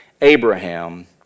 Abraham